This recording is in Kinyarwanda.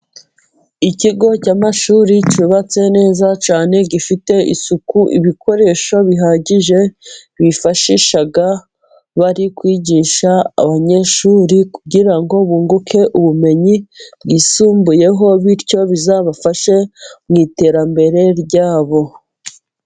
Ikigo cy'amashuri cyubatse neza cyane gifite isuku. Ibikoresho bihagije bifashisha bari kwigisha abanyeshuri, kugira ngo bunguke ubumenyi bwisumbuye, bityo bizabafashe mu iterambere ryabo.